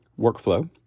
workflow